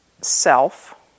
self